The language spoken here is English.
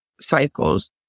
cycles